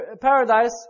paradise